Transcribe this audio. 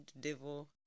devil